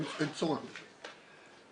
אין צורך בזה.